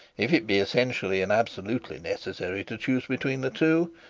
if it be essentially and absolutely necessary to choose between the two,